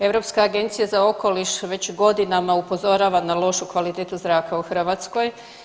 Europska agencija za okoliš već godinama upozorava na lošu kvalitetu zraka u Hrvatskoj.